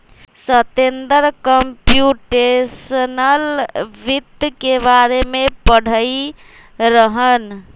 Satender computational वित्त के बारे में पढ़ईत रहन